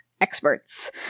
experts